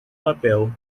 papel